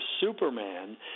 superman